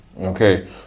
Okay